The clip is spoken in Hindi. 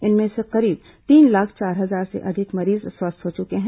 इनमें से करीब तीन लाख चार हजार से अधिक मरीज स्वस्थ हो चुके हैं